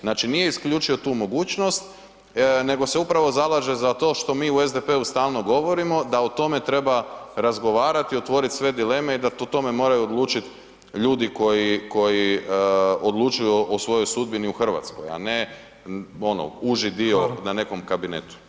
Znači nije isključio tu mogućnost nego se upravo zalaže za to što mi u SDP-u stalno govorimo da o tome treba razgovarati, otvoriti sve dileme i da o tome moraju odlučiti ljudi koji, koji odlučuju o svojoj sudbini u Hrvatskoj, a ne ono uži dio na nekom kabinetu.